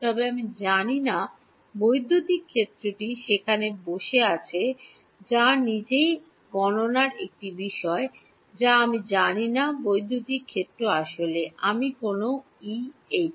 তবে আমি জানি না বৈদ্যুতিক ক্ষেত্রটি সেখানে বসে আছে যা নিজেই গণনার একটি বিষয় যা আমি জানি না বৈদ্যুতিক ক্ষেত্র আসলে আমি কোন ই এবং এইচ